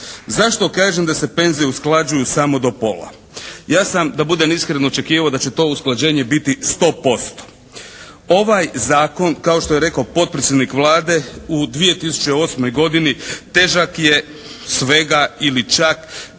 Zašto kažem da se penzije usklađuju samo do pola? Ja sam da budem iskren očekivao da će to usklađenje biti 100%. Ovaj Zakon kao što je rekao potpredsjednik Vlade u 2008. godini težak je svega ili čak